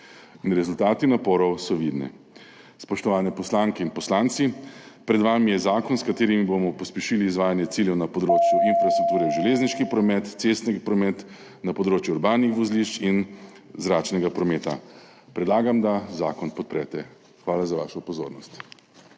in rezultati naporov so vidni. Spoštovani poslanke in poslanci! Pred vami je zakon, s katerim bomo pospešili izvajanje ciljev na področju infrastrukture, železniškega prometa, cestnega prometa, na področju urbanih vozlišč in zračnega prometa. Predlagam, da zakon podprete. Hvala za vašo pozornost.